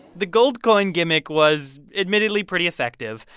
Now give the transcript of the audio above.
the gold coin gimmick was admittedly pretty effective.